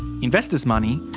investors' money,